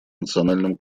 национальном